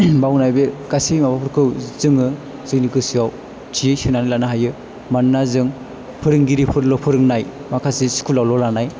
बावनाय बे गासै माबाफोरखौ जोङो जोंनि गोसोआव थियै सोनानै लानो हायो मानोना जों फोरोंगिरिफोरल' फोरोंनाय माखासे स्कुल आवल' लानाय